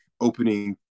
opening